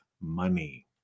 money